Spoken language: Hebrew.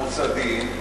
המוסדיים,